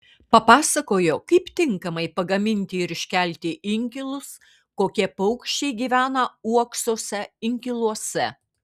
papasakojo kaip tinkamai pagaminti ir iškelti inkilus kokie paukščiai gyvena uoksuose inkiluose